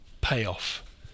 payoff